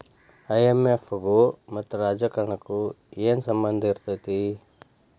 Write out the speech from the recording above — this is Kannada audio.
ಐ.ಎಂ.ಎಫ್ ಗು ಮತ್ತ ರಾಜಕಾರಣಕ್ಕು ಏನರ ಸಂಭಂದಿರ್ತೇತಿ?